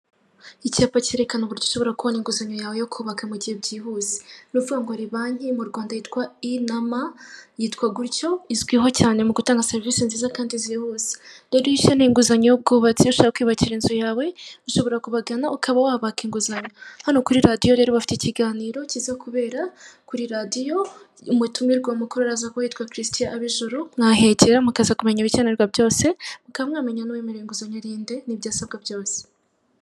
Ahubakwa amazu y'icyerekezo atuzwamo abaturage bimuwe bakabaho batekanye aho baba begereye n'ibibuga byo kwidagaduriramo bakiniraho imikino igiye itandukanye.